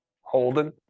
Holden